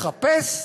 לחפש,